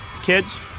Kids